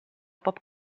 pop